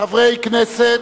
חברי כנסת,